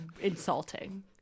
insulting